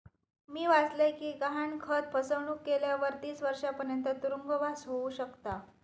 मी वाचलय कि गहाणखत फसवणुक केल्यावर तीस वर्षांपर्यंत तुरुंगवास होउ शकता